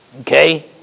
Okay